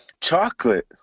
Chocolate